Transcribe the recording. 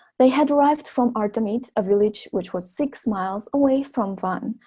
they had arrived from artamed, a village which was six miles away from van,